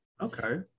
Okay